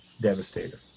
Devastator